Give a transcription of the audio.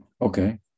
okay